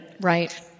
Right